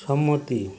সম্মতি